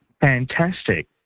Fantastic